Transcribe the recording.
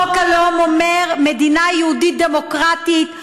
חוק הלאום אומר: מדינה יהודית דמוקרטית,